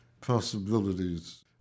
possibilities